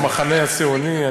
המחנה הציוני.